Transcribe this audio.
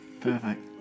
perfect